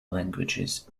languages